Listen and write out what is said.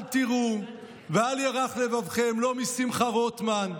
אל תיראו ואל ירך לבבכם, לא משמחה רוטמן,